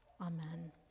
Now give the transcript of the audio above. amen